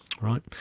right